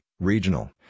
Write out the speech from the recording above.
regional